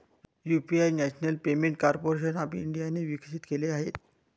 UPI national payment corporation of इंडियाने विकसित केले आहे